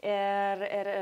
ir ir